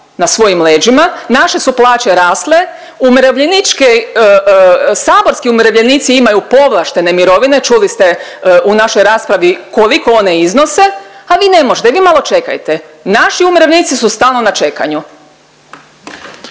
na svojim leđima, naše su plaće rasle, umirovljeničke, saborski umirovljenici imaju povlaštene mirovine, čuli ste u našoj raspravi koliko one iznose, a vi ne možete i vi malo čekajte. Naši umirovljenici su stalno na čekaju.